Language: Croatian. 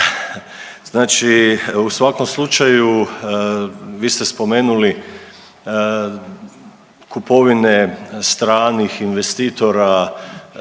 Znači u svakom slučaju vi ste spomenuli kupovine stranih investitora,